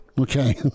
okay